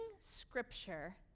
scripture